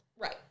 right